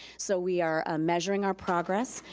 so we are ah measuring our progress.